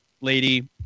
lady